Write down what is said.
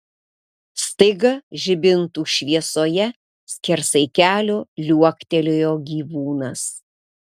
staiga žibintų šviesoje skersai kelio liuoktelėjo gyvūnas